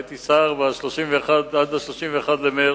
הייתי שר עד 31 במרס,